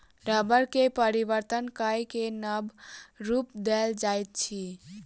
रबड़ के परिवर्तन कय के नब रूप देल जाइत अछि